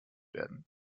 werden